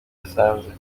yasanze